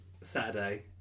Saturday